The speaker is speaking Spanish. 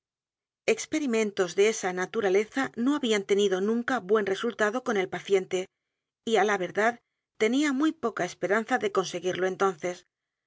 experimentos de esa naturaleza no habían tenido nunca buen resultado con el paciente y á la verdad tenía muy poca esperanza de conseguirlo entonces